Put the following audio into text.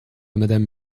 madame